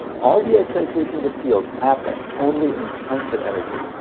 all the excitations of fields happen only in chunks of energy.